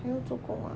又做工啊